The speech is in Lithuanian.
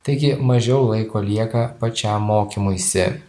taigi mažiau laiko lieka pačiam mokymuisi